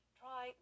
try